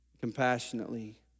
compassionately